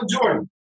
Jordan